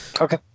Okay